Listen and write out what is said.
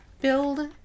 build